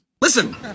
Listen